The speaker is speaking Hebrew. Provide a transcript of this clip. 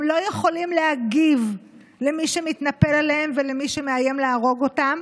הם לא יכולים להגיב למי שמתנפל עליהם ולמי שמאיים להרוג אותם